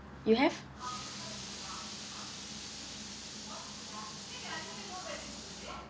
you have